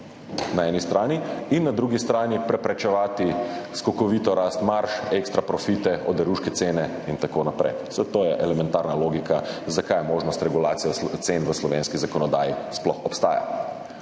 na eni strani, in na drugi strani preprečevati skokovito rast marž, ekstra profite, oderuške cene in tako naprej. Vse to je elementarna logika, zakaj možnost regulacije cen v slovenski zakonodaji sploh obstaja.